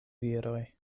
viroj